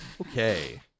Okay